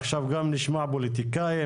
עכשיו גם נשמע פוליטיקאים,